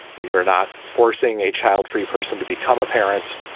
and you're not forcing a childfree person to become a parent.